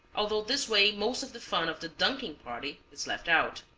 although this way most of the fun of the dunking party is left out.